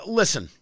listen